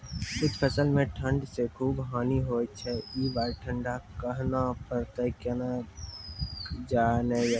कुछ फसल मे ठंड से खूब हानि होय छैय ई बार ठंडा कहना परतै केना जानये?